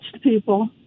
people